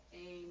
Amen